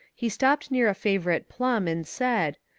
he stopped near a favourite plum and said,